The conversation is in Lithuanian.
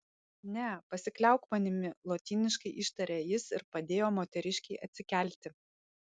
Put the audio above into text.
ne pasikliauk manimi lotyniškai ištarė jis ir padėjo moteriškei atsikelti